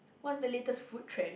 what's the latest food trend